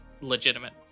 legitimate